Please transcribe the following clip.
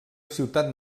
ciutat